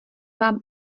vám